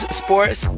sports